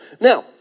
Now